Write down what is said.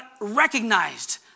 recognized